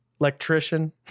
electrician